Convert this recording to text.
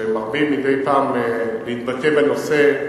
שמרבים להתבטא בנושא,